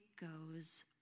goes